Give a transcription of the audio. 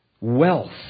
wealth